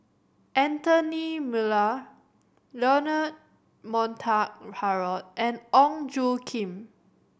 Anthony Miller Leonard Montague Harrod and Ong Tjoe Kim